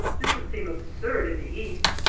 this would seem absurd in the east,